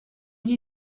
die